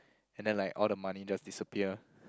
and then like all the money just disappear